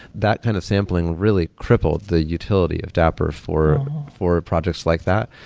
that kind of sampling really crippled the utility of dapper for for projects like that.